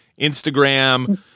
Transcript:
Instagram